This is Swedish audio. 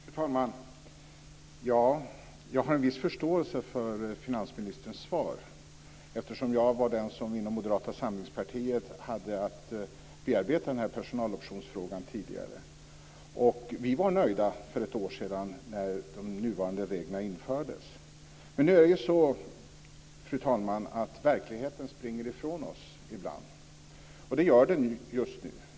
Fru talman! Jag har en viss förståelse för finansministerns svar, eftersom jag var den inom Moderata samlingspartiet som tidigare hade att bearbeta personaloptionsfrågan. Vi var nöjda för ett år sedan när de nuvarande reglerna infördes. Men nu är det ju så, fru talman, att verkligheten ibland springer ifrån oss, och det gör den just nu.